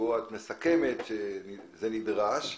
שבה את מסכמת שזה נדרש.